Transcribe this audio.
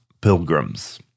pilgrims